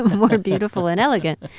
more beautiful and elegant.